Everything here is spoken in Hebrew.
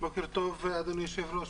בוקר טוב אדוני היושב-ראש,